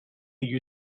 you